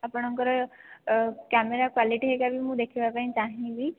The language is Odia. ଆପଣଙ୍କର କ୍ୟାମେରା କ୍ୱାଲିଟି ହେରିକା ବି ମୁଁ ଦେଖିବା ପାଇଁ ଚାହିଁବି